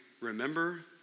remember